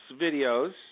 videos